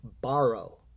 borrow